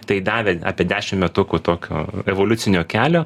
tai davė apie dešim metukų tokio evoliucinio kelio